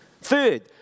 Third